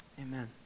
Amen